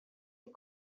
est